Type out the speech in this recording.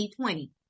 2020